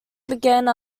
began